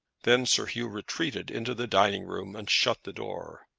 then sir hugh retreated into the dining-room and shut the door.